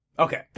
Okay